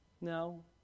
No